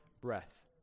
breath